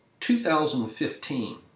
2015